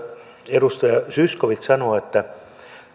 edustaja zyskowicz sanoo että